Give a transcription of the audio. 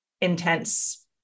intense